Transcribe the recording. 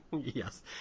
Yes